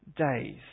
days